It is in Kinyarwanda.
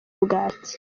bwaki